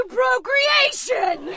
procreation